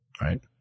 right